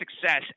success